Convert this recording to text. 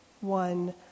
one